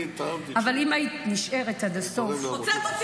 אבל אם היית נשארת עד הסוף -- הוצאת אותי.